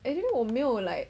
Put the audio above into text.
I think 我没有 like